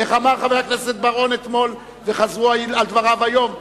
איך אמר חבר הכנסת בר-און אתמול וחזרו על דבריו היום?